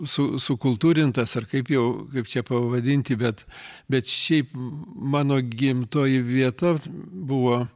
su sukultūrintas ar kaip jau kaip čia pavadinti bet bet šiaip mano gimtoji vieta buvo